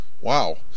Wow